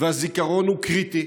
הזיכרון הוא קריטי